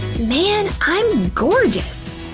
man, i'm gorgeous.